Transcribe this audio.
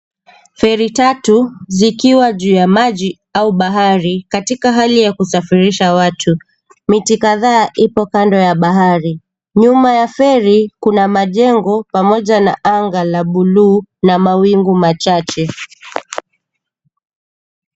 Feri tatu, zikiwa juu ya maji au bahari katika hali ya kusafirisha watu. Miti kadhaa ipo kando ya bahari. Nyuma ya feri kuna majengo pamoja na anga la buluu na mawingu machache.